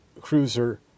cruiser